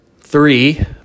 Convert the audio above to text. three